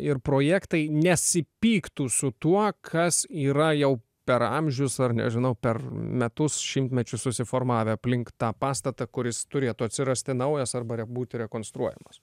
ir projektai nesipyktų su tuo kas yra jau per amžius ar nežinau per metus šimtmečius susiformavę aplink tą pastatą kuris turėtų atsirasti naujas arba re būti rekonstruojamas